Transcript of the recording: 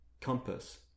Compass